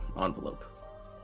envelope